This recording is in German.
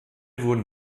wurden